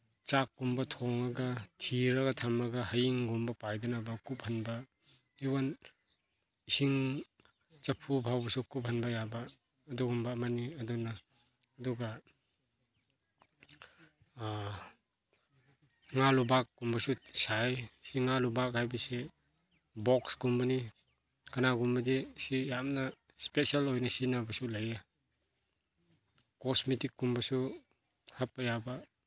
ꯆꯥꯛꯀꯨꯝꯕ ꯊꯣꯡꯉꯒ ꯊꯤꯔꯒ ꯊꯝꯃꯒ ꯍꯌꯤꯡꯒꯨꯝꯕ ꯄꯥꯏꯗꯅꯕ ꯀꯨꯞꯍꯟꯕ ꯏꯁꯤꯡ ꯆꯐꯨ ꯐꯥꯎꯕꯁꯨ ꯀꯨꯞꯍꯟꯕ ꯌꯥꯕ ꯑꯗꯨꯒꯨꯝꯕ ꯑꯃꯅꯤ ꯑꯗꯨꯅ ꯑꯗꯨꯒ ꯉꯥꯂꯨꯕꯥꯛꯀꯨꯝꯕꯁꯨ ꯁꯥꯏ ꯁꯤ ꯉꯥꯂꯨꯕꯥꯛ ꯍꯥꯏꯕꯁꯤ ꯕꯣꯛꯁꯀꯨꯝꯕꯅꯤ ꯀꯅꯥꯒꯨꯝꯕꯗꯤ ꯁꯤ ꯌꯥꯝꯅ ꯏꯁꯄꯦꯁꯦꯜ ꯑꯣꯏꯅ ꯁꯤꯖꯤꯟꯅꯕꯁꯨ ꯂꯩꯌꯦ ꯀꯣꯁꯃꯦꯇꯤꯛꯀꯨꯝꯕꯁꯨ ꯍꯥꯞꯄ ꯌꯥꯕ